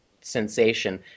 sensation